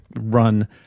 run